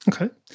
Okay